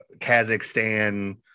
Kazakhstan